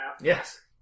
Yes